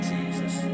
Jesus